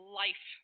life